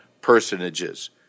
personages